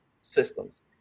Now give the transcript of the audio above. systems